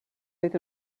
oedd